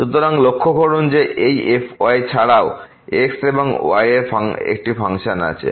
সুতরাং লক্ষ্য করুন যে এই fy এছাড়াও x এবং y এর একটি ফাংশন আছে